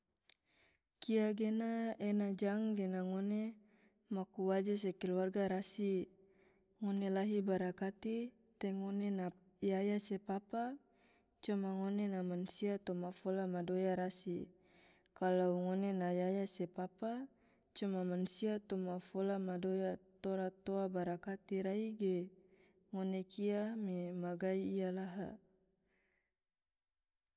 kia gena ena jang gena ngone maku waje se keluarga rasi, ngone lahi barakati te ngone na yaya se papa coma ngone na mansia toma fola madoya rasi, kalau ngone na yaya se papa coma mansia toma fola madoya tora toa barakai rai ge ngone kia me ma gai iya laha.